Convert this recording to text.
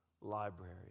library